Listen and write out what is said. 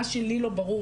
מה שלי לא ברור,